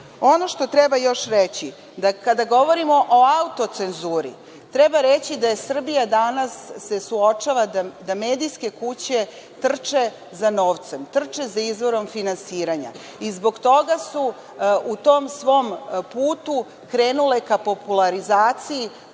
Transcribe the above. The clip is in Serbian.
Ono što još treba reći, kada govorimo o autocenzuri treba reći da se Srbija danas suočava da medijske kuće trče za novce, trče za izvorom finansiranja. Zbog toga su u tom svom putu krenule ka popularizaciji